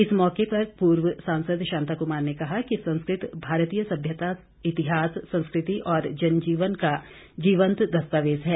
इस मौके पूर्व सांसद शांता कुमार ने कहा कि संस्कृत भारतीय सभ्यता इतिहास संस्कृति और जनजीवन का जीवंत दस्तावेज है